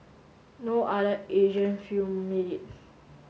no other Asian film made it